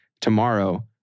tomorrow